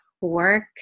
work